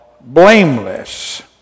Blameless